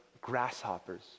grasshoppers